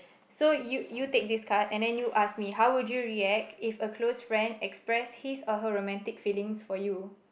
so you you take this card and then you as me how would you react if a close friend expressed his or her romantic feelings for you